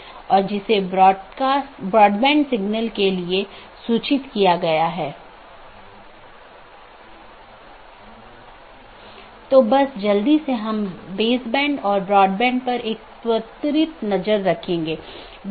जब भी सहकर्मियों के बीच किसी विशेष समय अवधि के भीतर मेसेज प्राप्त नहीं होता है तो यह सोचता है कि सहकर्मी BGP डिवाइस जवाब नहीं दे रहा है और यह एक त्रुटि सूचना है या एक त्रुटि वाली स्थिति उत्पन्न होती है और यह सूचना सबको भेजी जाती है